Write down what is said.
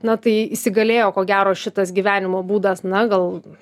na tai įsigalėjo ko gero šitas gyvenimo būdas na gal